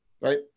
right